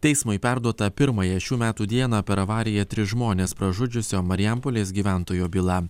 teismui perduota pirmąją šių metų dieną per avariją tris žmones pražudžiusio marijampolės gyventojo byla